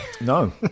No